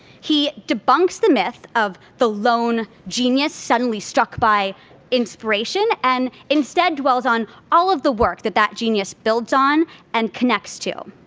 he debunks the myth of the lone genius, suddenly struck by inspiration and instead, dwells on all of the work that that genius has built on and connects to.